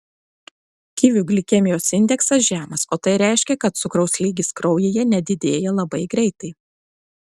kivių glikemijos indeksas žemas o tai reiškia kad cukraus lygis kraujyje nedidėja labai greitai